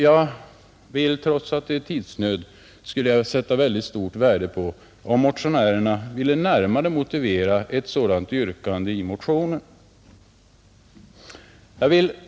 Jag skulle, trots att det är tidsnöd, sätta mycket stort värde på om motionärerna ville närmare motivera sitt yrkande.